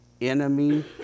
enemy